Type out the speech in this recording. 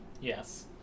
Yes